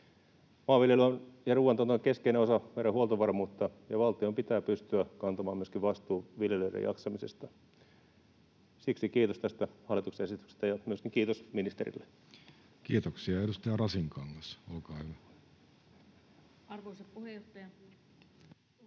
Maanviljely ja ruuantuotanto ovat keskeinen osa meidän huoltovarmuutta, ja valtion pitää myöskin pystyä kantamaan vastuu viljelijöiden jaksamisesta — siksi kiitos tästä hallituksen esityksestä ja kiitos myöskin ministerille. Kiitoksia. — Edustaja Rasinkangas, olkaa hyvä. — Mikrofoni,